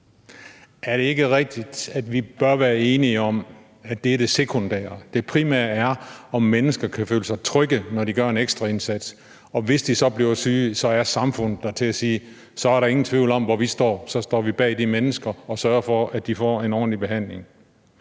Er det ikke rigtigt, at vi bør være enige om, at det er det sekundære? Det er primære er, at mennesker kan føle sig trygge, når de gør en ekstra indsats, og hvis de så bliver syge, er samfundet der til at sige, at der ingen tvivl er om, hvor vi står, for så står vi bag de mennesker og sørger for, at de får en ordentlig behandling.